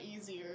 easier